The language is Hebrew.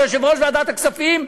כיושב-ראש ועדת הכספים,